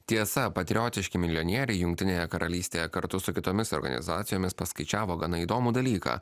tiesa patriotiški milijonieriai jungtinėje karalystėje kartu su kitomis organizacijomis paskaičiavo gana įdomų dalyką